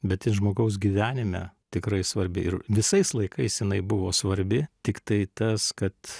bet ji žmogaus gyvenime tikrai svarbi ir visais laikais jinai buvo svarbi tiktai tas kad